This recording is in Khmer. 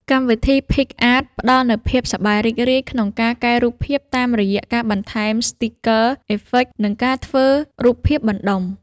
កម្មវិធី ភីកអាត ផ្ដល់នូវភាពសប្បាយរីករាយក្នុងការកែរូបភាពតាមរយៈការបន្ថែម ស្ទីគ័រ , អេហ្វិក និងការធ្វើ រូបភាពបន្តុំ ។